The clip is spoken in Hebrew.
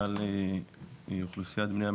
על אוכלוסיית בני המנשה.